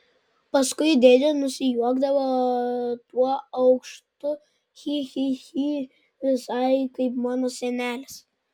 paskui dėdė nusijuokdavo tuo aukštu chi chi chi visai kaip mano senelis